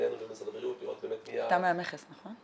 לבינינו לבין משרד הבריאות לראות באמת מי ה- - אתה מהמכס נכון?